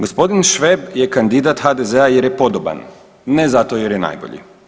Gospodin Šveb je kandidat HDZ-a jer je podoban ne zato jer je najbolji.